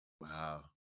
Wow